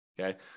Okay